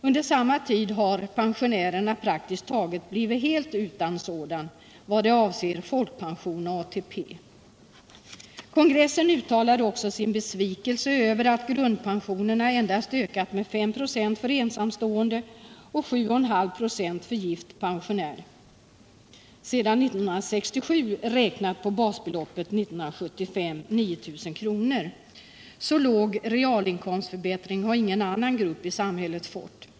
Under samma tid har pensionärerna praktiskt taget blivit helt utan en sådan realinkomstförbättring vad avser folkpension och ATP. Kongressen uttalade också sin besvikelse över att grundpensionerna endast ökat med 5 96 för ensamstående och med 7,5 96 för gift pensionär sedan 1967 räknat på basbeloppet 1975, 9 000 kr. Så låg realinkomstförbättring har ingen annan grupp i samhället fått.